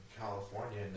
California